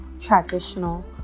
traditional